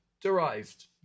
derived